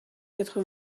quatre